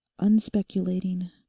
unspeculating